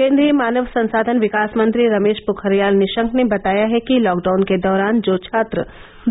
केन्द्रीय मानव संसाधन विकास मंत्री रमेश पोखरियाल निशंक ने बताया है कि लॉकडाउन के दौरान जो छात्र